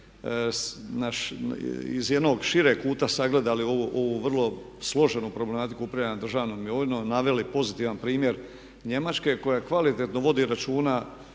iz jednog šireg kuta sagledali ovu vrlo složenu problematiku upravljanja državnom imovinom i naveli pozitivan primjer Njemačke koja kvalitetno vodi računa